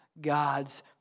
God's